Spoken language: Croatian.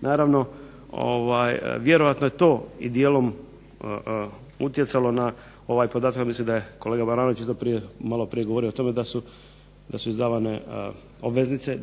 Naravno vjerojatno je to dijelom utjecalo na ovaj podatak, ja mislim da je kolega Baranović maloprije govorio o tome da su izdavane obveznice,